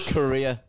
Korea